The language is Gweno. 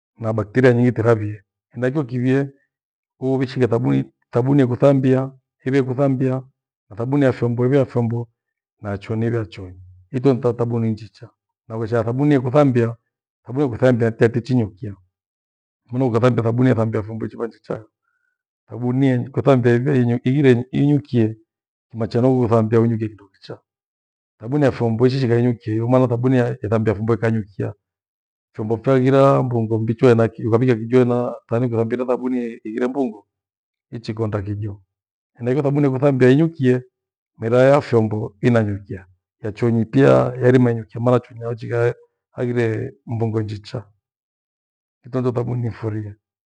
Na bacteria nyingi tiravie na hikyo kiwie uwichike thabuni, thabuni ikuthambia hiwe kuthambia. Na thabuni ya vyombo iwe ya vyombo na ya chooni iwe ya chooni. Itho ndo thabuni njicha. Nakushea thabuni ikuthambia, thabuni ya kuthambia niteache chinyukia. Mono ukathambe thabuni yethambia vyombo chiva njichaa. Thabuni yei kuthambia ive inyu- ighire inyukie kimachano we uthambia unyukie kindo kichaa. Thabuni ya vyombo ichishigha inyukie hiyo maana thabuni ya- ethambia vyombo ikanyukia, vyombo vyaighira mbongo mbichwa ena kio. Ukavika kijo ena taani kurambika thabuni ya ire mbumbo ichikonda kijo. Henaicho thabuni ya kuthambia inyukie mira ya vyombo inanyukia, ya chooni pia yairima inyukia maana chooni nauchighae haghire mbongo njicha. Hizo ndo thabuni nifurie.